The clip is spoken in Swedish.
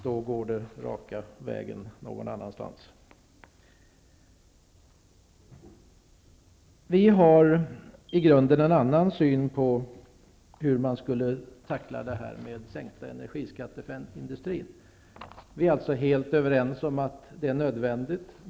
Då går det raka vägen någon annanstans. Vi har i grunden en annan syn på hur man skall tackla detta med sänkta energiskatter för industrin. Vi är helt överens med regeringen om att det är nödvändigt.